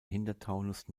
hintertaunus